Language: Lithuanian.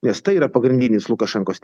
nes tai yra pagrindinis lukašenkos